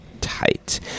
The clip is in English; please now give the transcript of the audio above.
tight